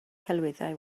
celwyddau